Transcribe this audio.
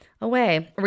away